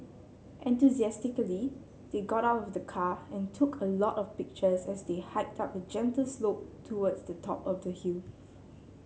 enthusiastically they got out of the car and took a lot of pictures as they hiked up a gentle slope towards the top of the hill